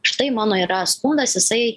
štai mano yra skundas jisai